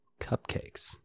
cupcakes